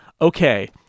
okay